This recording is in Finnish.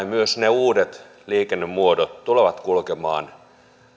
myös ne uudet liikennemuodot tulevat kulkemaan